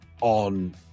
on